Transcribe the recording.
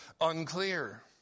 unclear